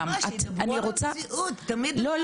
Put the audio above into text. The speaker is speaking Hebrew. לזהותו של